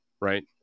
right